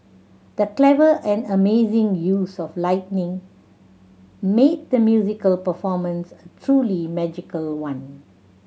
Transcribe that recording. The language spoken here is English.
the clever and amazing use of lighting made the musical performance truly magical one